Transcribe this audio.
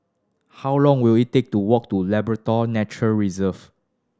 how long will it take to walk to Labrador Nature Reserve